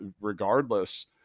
regardless